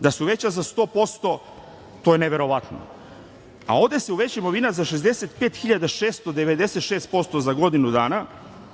Da, su veća za 100% to je neverovatno, a ovde se uveća imovina za 65.696% za godinu dana